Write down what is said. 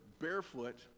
barefoot